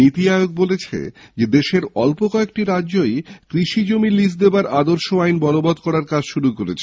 নীতি আয়োগ বলেছে যে দেশের অল্প কয়েকটি রাজ্যই কৃষিজমি লিজ দেওয়ার আদর্শ আইন বলবত করার কাজ শুরু করেছে